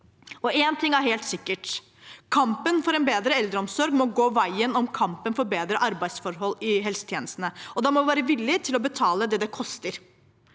Én ting er helt sikkert: Kampen for en bedre eldreomsorg må gå veien om kampen for bedre arbeidsforhold i helsetjenesten. Da må vi være villig til å betale det det koster.